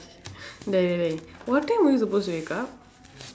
dey dey dey what time were you supposed to wake up